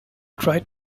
try